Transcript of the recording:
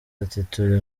ati“turi